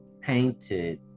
painted